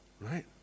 right